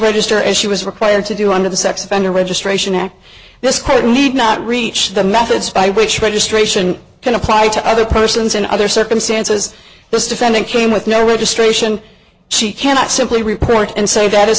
register as she was required to do under the sex offender registration act this code need not reach the methods by which registration can apply to other persons in other circumstances this defendant came with no registration she cannot simply report and say that